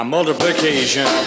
Multiplication